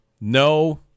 no